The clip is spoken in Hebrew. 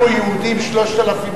חברת הכנסת זוארץ,